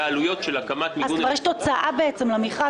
יש זוכה?